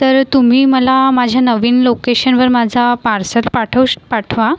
तर तुम्ही मला माझ्या नवीन लोकेशनवर माझा पार्सल पाठवू श् पाठवा